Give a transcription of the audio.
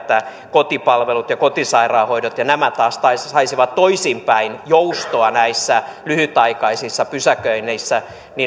kotipalvelut ja kotisairaanhoidot ja nämä taas saisivat toisinpäin joustoa näissä lyhytaikaisissa pysäköinneissä